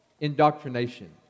indoctrination